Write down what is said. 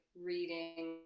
reading